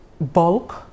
bulk